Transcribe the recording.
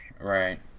Right